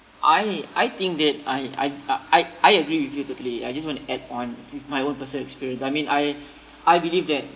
I I think that I I I I agree with you totally I just want to add on with my own personal experience I mean I I believe that